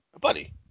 Buddy